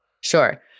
Sure